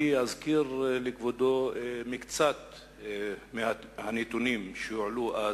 אני אזכיר לכבודו מקצת הנתונים שהועלו אז.